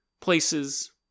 places